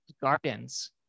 gardens